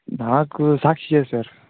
నాకు సాక్షి ఎ సర్